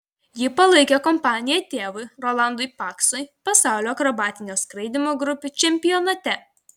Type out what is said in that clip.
ji palaikė kompaniją tėvui rolandui paksui pasaulio akrobatinio skraidymo grupių čempionate